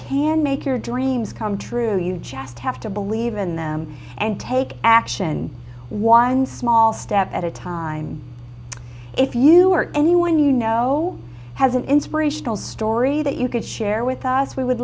can make your dreams come true you just have to believe in them and take action winds small step at a time if you or anyone you know has an inspirational story that you could share with us we would